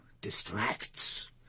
distracts